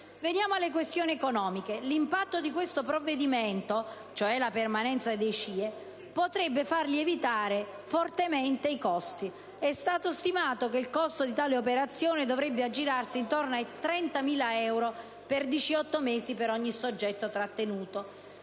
Veniamo alle questioni economiche. L'impatto di questo provvedimento, ossia la permanenza nei CIE, potrebbe far lievitare fortemente i costi. È stato stimato che il costo di tale operazione dovrebbe aggirarsi intorno ai 30.000 euro per 18 mesi per ogni soggetto trattenuto;